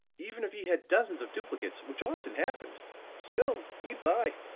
even if he had dozens of duplicates, which often happened still he'd buy.